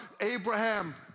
Abraham